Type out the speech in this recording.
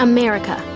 America